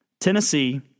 Tennessee